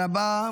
תודה רבה.